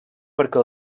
perquè